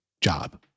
job